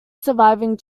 surviving